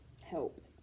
help